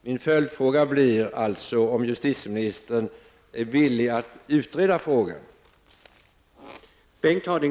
Min följdfråga blir om justitieministern är villig att utreda frågan.